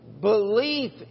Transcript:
belief